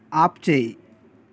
ఆపుచేయి